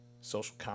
social